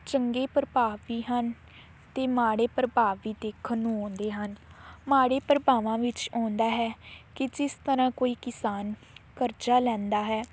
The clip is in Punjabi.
ਚੰਗੇ ਪ੍ਰਭਾਵ ਵੀ ਹਨ ਅਤੇ ਮਾੜੇ ਪ੍ਰਭਾਵ ਵੀ ਦੇਖਣ ਨੂੰ ਆਉਂਦੇ ਹਨ ਮਾੜੇ ਪ੍ਰਭਾਵਾਂ ਵਿੱਚ ਆਉਂਦਾ ਹੈ ਕਿ ਜਿਸ ਤਰ੍ਹਾਂ ਕੋਈ ਕਿਸਾਨ ਕਰਜ਼ਾ ਲੈਂਦਾ ਹੈ